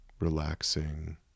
relaxing